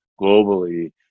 globally